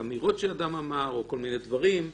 אמירות שאדם אמר או כל מיני דברים.